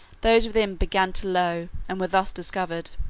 those within began to low, and were thus discovered.